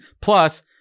plus